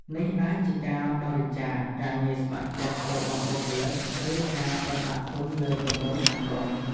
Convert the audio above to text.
នេះអាចជាការបរិច្ចាគ ការងារស្ម័គ្រចិត្តរបស់បុគ្គលិក ឬការបណ្តាក់ទុនលើគម្រោងសង្គម ។